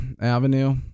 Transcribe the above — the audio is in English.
Avenue